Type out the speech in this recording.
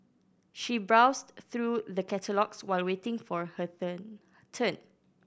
she browsed through the catalogues while waiting for her turn